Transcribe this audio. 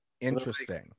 Interesting